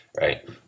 right